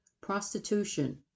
prostitution